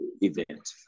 event